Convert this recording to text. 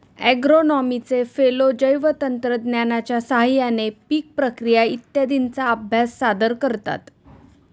ॲग्रोनॉमीचे फेलो जैवतंत्रज्ञानाच्या साहाय्याने पीक प्रक्रिया इत्यादींचा अभ्यास सादर करतात